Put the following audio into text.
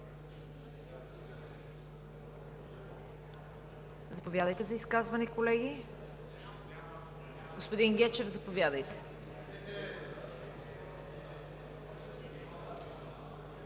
Заповядайте за изказвания, колеги. Господин Гечев, заповядайте.